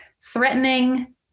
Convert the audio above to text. threatening